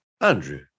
Andrew